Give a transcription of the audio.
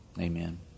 Amen